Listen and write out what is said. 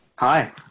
Hi